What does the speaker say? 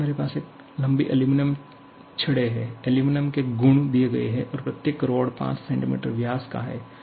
यहां मेरे पास कई लंबी एल्यूमीनियम छड़ें हैं एल्यूमीनियम के गुण दिए गए हैं और प्रत्येक रॉड 5 सेमी व्यास का है